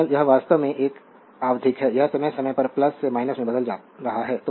final यह वास्तव में एक आवधिक है यह समय समय पर से में बदल रहा है